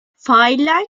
failler